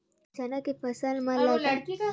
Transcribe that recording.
चना के फसल में लगने वाला कीट के प्रबंधन कइसे होथे?